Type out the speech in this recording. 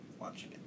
watching